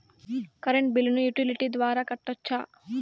Current బిల్లును utility ద్వారా కట్టొచ్చా?